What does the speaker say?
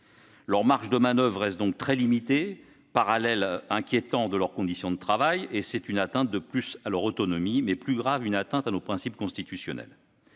ces travailleurs restent donc très limitées, parallèles inquiétants de leurs conditions de travail. C'est une atteinte de plus à leur autonomie, mais plus grave encore, une atteinte à nos principes constitutionnels.